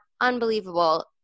unbelievable